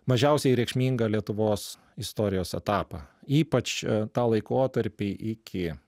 mažiausiai reikšmingą lietuvos istorijos etapą ypač tą laikotarpį iki